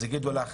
אז יגידו לך,